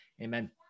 Amen